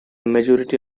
majority